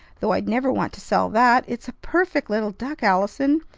though i'd never want to sell that! it's a perfect little duck. allison,